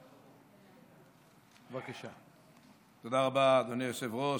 תודה רבה, אדוני היושב-ראש.